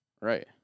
Right